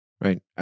Right